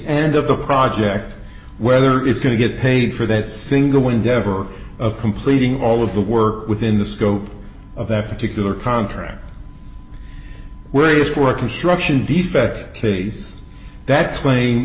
end of the project whether it's going to get paid for that single endeavor of completing all of the work within the scope of that particular contract for a construction defect case that cla